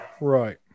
Right